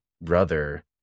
brother